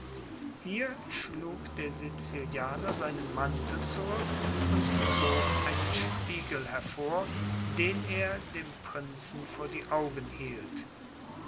hier schlug der sizilianer seinen mantel zurück und zog einen spiegel hervor den er dem prinzen vor die augen hielt